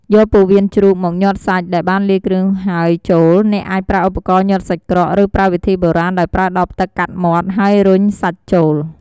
យកពោះវៀនជ្រូកមកញាត់សាច់ដែលបានលាយគ្រឿងហើយចូល អ្នកអាចប្រើឧបករណ៍ញាត់សាច់ក្រក ឬប្រើវិធីបុរាណដោយប្រើដបទឹកកាត់មាត់ ហើយរុញសាច់ចូល។